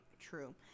true